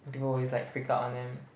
people always like freak out on them